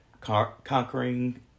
conquering